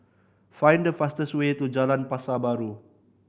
find the fastest way to Jalan Pasar Baru